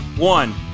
One